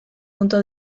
punto